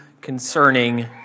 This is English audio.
concerning